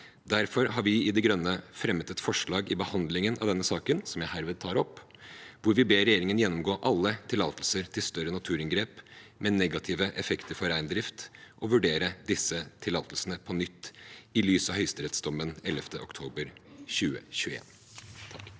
Derfor har vi i De Grønne fremmet et forslag i behandlingen av denne saken, som jeg herved tar opp, hvor vi ber regjeringen gjennomgå alle tillatelser til større naturangrep med negative effekter for reindrift og vurdere disse tillatelsene på nytt i lys av høyesterettsdommen 11. oktober 2021.